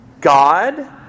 God